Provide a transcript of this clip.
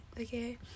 okay